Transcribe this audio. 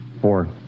Four